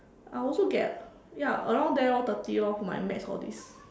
I also get ya around there orh thirty lor for my maths all this